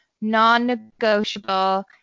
non-negotiable